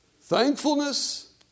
thankfulness